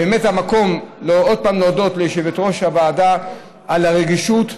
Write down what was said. באמת זה המקום עוד פעם להודות ליושבת-ראש הוועדה על הרגישות,